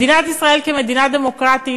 מדינת ישראל כמדינה דמוקרטית,